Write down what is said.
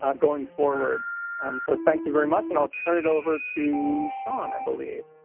um going forward so thank you very much and i'll turn it over to shawn i believe.